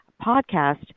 podcast